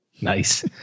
Nice